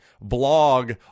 blog